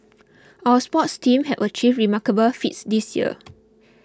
our sports teams have achieved remarkable feats this year